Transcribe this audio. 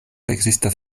ekzistas